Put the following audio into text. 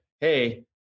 hey